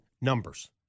numbers